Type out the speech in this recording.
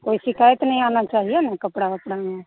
कोई शिकाइत नहीं आना चाहिए ना कपड़ा वपड़ा में